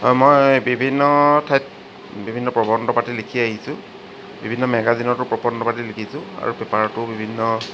হয় মই বিভিন্ন ঠাইত বিভিন্ন প্ৰবন্ধ পাতি লিখি আহিছোঁ বিভিন্ন মেগাজিনতো প্ৰবন্ধ পাতি লিখিছোঁ আৰু পেপাৰতো বিভিন্ন